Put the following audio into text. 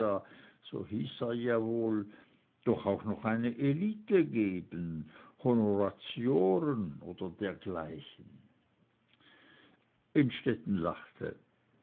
doch auch noch eine elite geben honoratioren oder dergleichen innstetten lachte